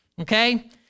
Okay